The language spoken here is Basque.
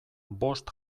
bost